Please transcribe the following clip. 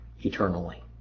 eternally